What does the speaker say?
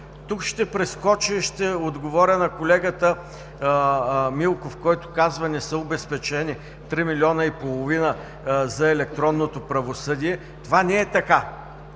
Тук ще прескоча и ще отговоря на колегата Милков, който казва, че не са обезпечени 3,5 милиона за електронното правосъдие. Това не е така.